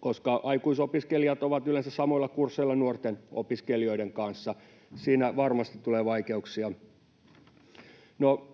koska aikuisopiskelijat ovat yleensä samoilla kursseilla nuorten opiskelijoiden kanssa. Siinä varmasti tulee vaikeuksia. No,